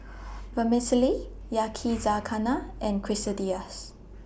Vermicelli Yakizakana and Quesadillas